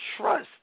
trust